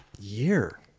year